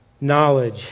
knowledge